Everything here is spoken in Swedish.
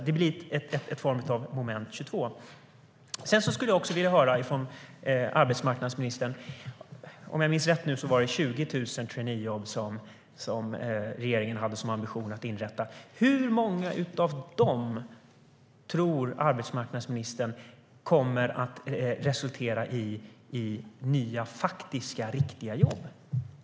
Det blir en form av moment 22.Om jag minns rätt var det 20 000 traineejobb som regeringen har som ambition att inrätta. Hur många av dessa tror arbetsmarknadsministern kommer att resultera i nya faktiska, riktiga jobb?